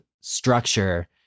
structure